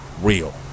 real